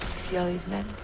see all these men?